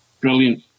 brilliant